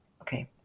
Okay